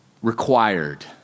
required